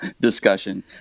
discussion